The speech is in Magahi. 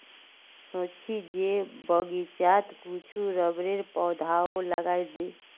सोच छि जे बगीचात कुछू रबरेर पौधाओ लगइ दी